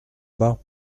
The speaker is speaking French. bas